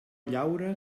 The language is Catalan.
llaura